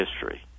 history